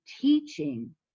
teaching